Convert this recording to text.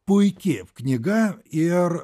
puiki knyga ir